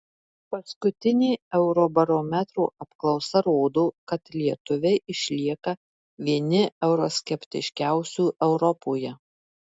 paskutinė eurobarometro apklausa rodo kad lietuviai išlieka vieni euroskeptiškiausių europoje